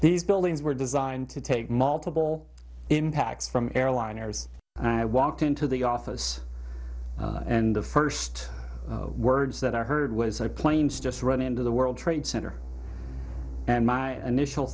these buildings were designed to take multiple impacts from airliners and i walked into the office and the first words that i heard was a plane just running into the world trade center and my initial